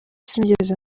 sinigeze